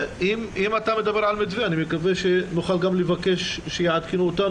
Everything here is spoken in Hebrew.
ואם אתה מדבר על מתווה אני מקווה שנוכל גם לבקש שיעדכנו אותנו.